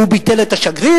הוא ביטל את השגריר,